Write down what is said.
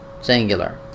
singular